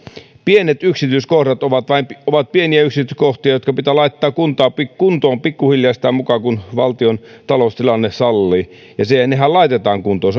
pienet yksityiskohdat ovat vain pieniä yksityiskohtia jotka pitää laittaa kuntoon kuntoon pikkuhiljaa sitä mukaa kuin valtion taloustilanne sallii ja nehän laitetaan kuntoon